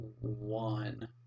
One